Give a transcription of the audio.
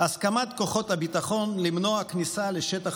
הסמכת כוחות הביטחון למנוע כניסה לשטח